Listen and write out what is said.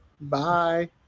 bye